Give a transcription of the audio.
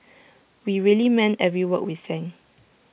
we really meant every word we sang